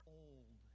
old